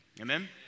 Amen